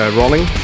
rolling